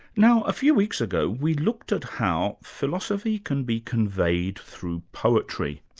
now a few weeks ago, we looked at how philosophy can be conveyed through poetry.